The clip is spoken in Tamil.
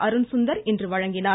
அருண்சுந்தர் இன்று வழங்கினார்